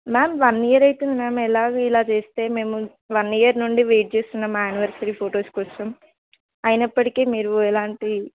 ma'am one year అవుతుంది ma'am ఎలా ఇలా చేస్తే మేము వన్ ఇయర్ నుండి వెయిట్ చేస్తున్నాను మా యానివర్సరీ ఫొటోస్ కోసం అయినప్పటికీ మీరు ఎలాంటి